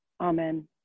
Amen